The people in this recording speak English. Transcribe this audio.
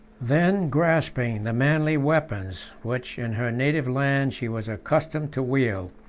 then grasping the manly weapons, which in her native land she was accustomed to wield,